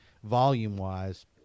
Volume-wise